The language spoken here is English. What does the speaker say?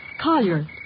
Collier